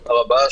תודה רבה.